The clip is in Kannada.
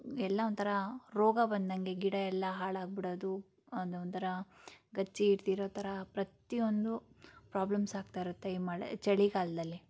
ಎಲ್ಲ ಒಂಥರ ರೋಗ ಬಂದಂಗೆ ಗಿಡ ಎಲ್ಲ ಹಾಳಾಗಿಬಿಡೋದು ಅದು ಒಂಥರ ಗಚ್ಚಿ ಹಿಡ್ದಿರೋ ಥರ ಪ್ರತಿಯೊಂದು ಪ್ರಾಬ್ಲಮ್ಸ್ ಆಗ್ತಾ ಇರುತ್ತೆ ಈ ಮಳೆ ಚಳಿಗಾಲದಲ್ಲಿ